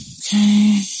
okay